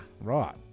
Right